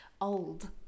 old